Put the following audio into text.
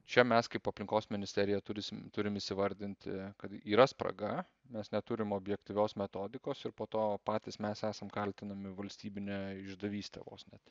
čia mes kaip aplinkos ministerija turim turim įvardinti kad yra spraga mes neturim objektyvios metodikos ir po to patys mes esam kaltinami valstybine išdavyste vos net